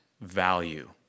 value